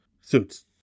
suits